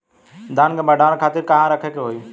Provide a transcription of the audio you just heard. धान के भंडारन खातिर कहाँरखे के होई?